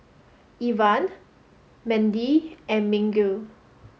Evan Mendy and Miguel